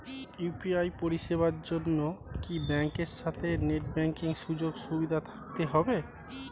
UPI পরিষেবার জন্য কি ব্যাংকের সাথে নেট ব্যাঙ্কিং সুযোগ সুবিধা থাকতে হবে?